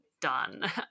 done